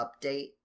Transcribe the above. update